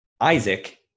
Isaac